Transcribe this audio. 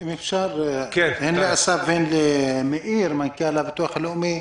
אני רוצה לפנות הן לאסף והן למנכ"ל הביטוח הלאומי.